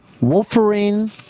Wolverine